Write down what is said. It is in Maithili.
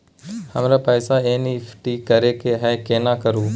हमरा पैसा एन.ई.एफ.टी करे के है केना करू?